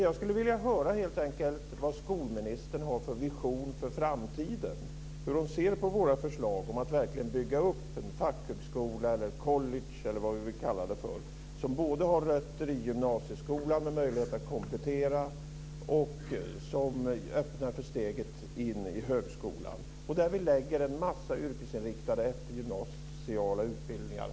Jag skulle helt enkelt vilja höra vilken vision för framtiden skolministern har och hur hon ser på våra förslag om att verkligen bygga upp en fackhögskola eller college eller vad vi vill kalla det för, som både har rötter i gymnasieskolan och ger möjlighet att komplettera och öppnar för steget in i högskolan, och där vi lägger en massa yrkesinriktade eftergymnasiala utbildningar.